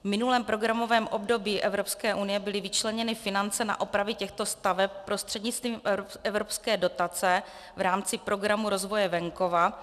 V minulém programovém období Evropské unie byly vyčleněny finance na opravy těchto staveb prostřednictvím evropské dotace v rámci Programu rozvoje venkova.